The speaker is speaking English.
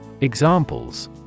Examples